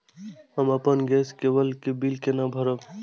हम अपन गैस केवल के बिल केना भरब?